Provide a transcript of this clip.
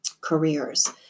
careers